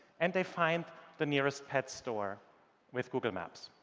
and they find the nearest pet store with google maps.